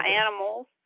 animals